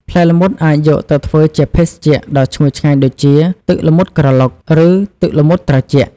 ផ្លែល្មុតអាចយកទៅធ្វើជាភេសជ្ជៈដ៏ឈ្ងុយឆ្ងាញ់ដូចជា ទឹកល្មុតក្រឡុក ឬ ទឹកល្មុតត្រជាក់។